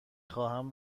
خواهم